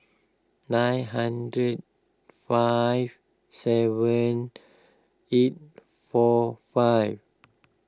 nine hundred five seven eight four five